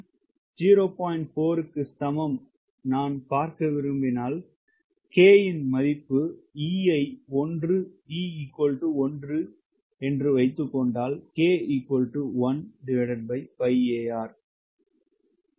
4 க்கு சமம் நான் பார்க்க விரும்பினால் K இன் மதிப்பு e 1 க்கு என்னவாக இருக்கும்